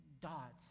dot